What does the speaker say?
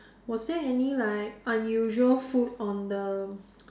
was there any like unusual food on the